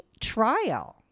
trial